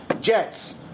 Jets